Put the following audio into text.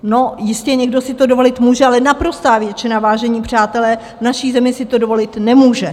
No, někdo si to jistě dovolit může, ale naprostá většina, vážení přátelé, v naší zemi si to dovolit nemůže.